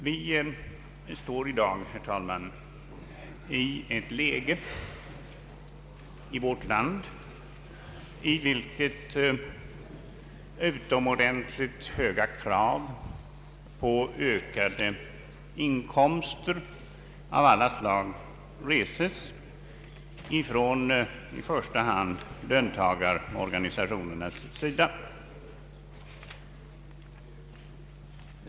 Vi har i dag, herr talman, i vårt land ett läge, i vilket utomordentligt höga krav på ökade inkomster av alla slag reses från i första hand löntagarorganisationernas sida.